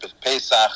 Pesach